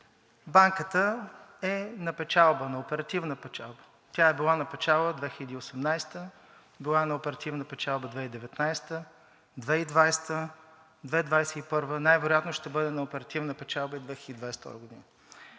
Банката е на оперативна печалба, тя е била на печалба 2018 г., била е на оперативна печалба 2019 г., 2020 г., 2021, най-вероятно ще бъде на оперативна печалба и 2022 г.